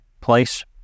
place